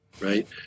right